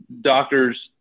doctor's